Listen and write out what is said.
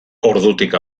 ordutik